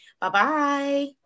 Bye-bye